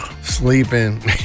sleeping